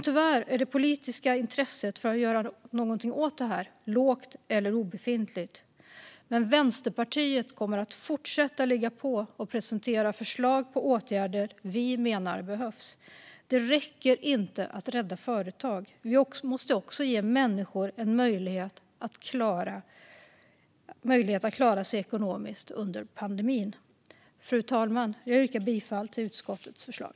Tyvärr är det politiska intresset för att göra någonting åt detta lågt eller obefintligt. Men Vänsterpartiet kommer att fortsätta ligga på och presentera förslag på åtgärder som vi menar behövs. Det räcker inte att rädda företag. Vi måste också ge människor möjlighet att klara sig ekonomiskt under pandemin. Fru talman! Jag yrkar bifall till utskottets förslag.